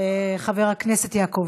11617,